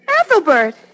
Ethelbert